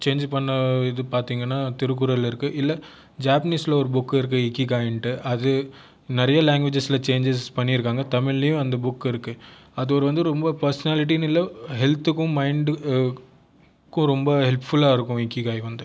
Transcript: change பண்ண இது பார்த்தீங்கன்னா திருக்குறள் இருக்குது இல்லை ஜாப்பனீஸ்சில் ஒரு புக் இருக்குது இக்கிகாயின்ட்டு அது நிறைய லாங்குவேஜஸ்சில் சேஞ்சஸ் பண்ணியிருக்காங்க தமிழையும் அந்த புக் இருக்குது அது ஒரு வந்து ரொம்ப பெர்ஸ்னாலிட்டின்னு இல்லை ஹெல்துக்கும் மைண்டுக்கும் ரொம்ப ஹெல்ப்ஃபுல்லாக இருக்கும் இக்கிகாய் வந்து